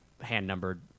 hand-numbered